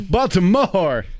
Baltimore